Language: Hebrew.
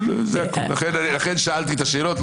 לכן שאלתי את השאלות.